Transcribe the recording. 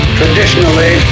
traditionally